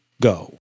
go